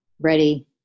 Ready